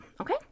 Okay